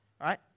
right